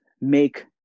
make